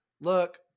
look